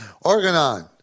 organon